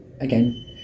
again